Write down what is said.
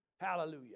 Hallelujah